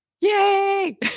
Yay